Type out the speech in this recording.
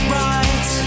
right